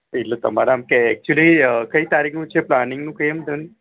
એટલે તમારે આમ કે ઍકચ્યુલી અ કઈ તારીખનું છે પ્લાનિંગનું કંઇ આમ